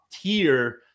tier